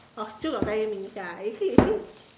oh still got twenty minutes ah you see you see